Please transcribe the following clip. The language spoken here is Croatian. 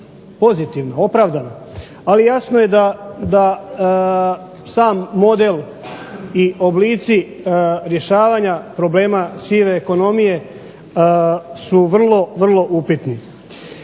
pozitivna, opravdana, ali jasno je da sam model i oblici rješavanja problema sive ekonomije su vrlo upitni.